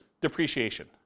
depreciation